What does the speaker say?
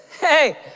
Hey